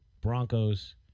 Broncos